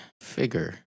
figure